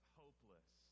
hopeless